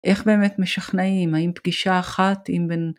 איך באמת משכנעים האם פגישה אחת עם בן